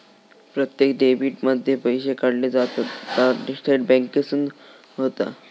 प्रत्यक्ष डेबीट मध्ये पैशे काढले जातत ता थेट बॅन्केसून होता